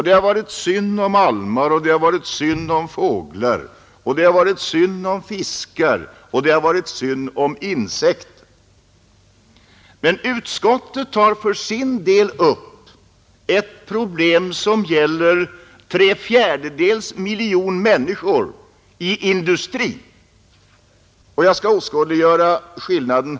Det har varit synd om almar, det har varit synd om fåglar, det har varit synd om fiskar och det har varit synd om insekter, men utskottet tar för sin del upp ett problem som gäller 3/4 miljon människor inom industrin. Jag skall också här åskådliggöra skillnaden.